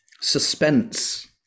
Suspense